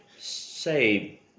Say